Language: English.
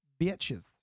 Bitches